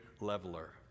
leveler